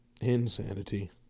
Insanity